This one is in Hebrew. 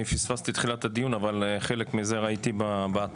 אני פספסתי את תחילת הדיון אבל חלק מזה ראיתי באתר,